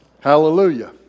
Hallelujah